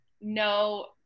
no